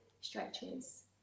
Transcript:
stretches